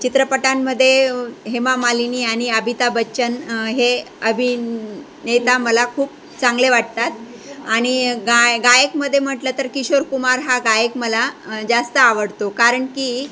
चित्रपटांमध्ये हेमा मालिनी आणि अमिताभ बच्चन हे अभि नेता मला खूप चांगले वाटतात आणि गाय गायकमध्ये म्हटलं तर किशोर कुमार हा गायक मला जास्त आवडतो कारण की